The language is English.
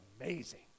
amazing